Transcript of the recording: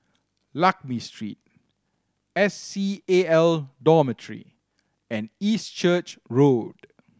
Lakme Street S C A L Dormitory and East Church Road